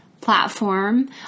platform